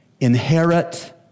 inherit